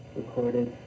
recorded